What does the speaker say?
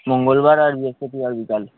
মঙ্গলবার আর বৃহস্পতিবার আর বিকাল